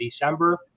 December